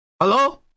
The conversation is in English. Hello